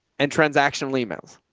and transactional emails.